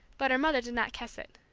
but her mother did not catch it.